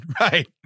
right